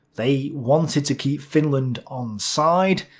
they wanted to keep finland on side,